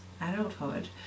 adulthood